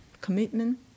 commitment